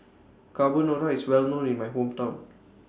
Carbonara IS Well known in My Hometown